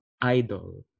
idol